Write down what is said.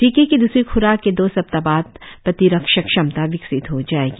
टीके की दूसरी ख्राक के दो सप्ताह बाद प्रतिरक्षक क्षमता विकसित हो जाएगी